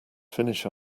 finish